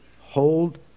Hold